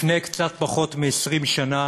לפני קצת פחות מ-20 שנה